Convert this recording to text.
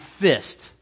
fist